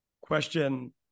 question